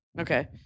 Okay